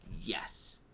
Yes